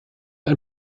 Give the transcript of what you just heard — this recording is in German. ein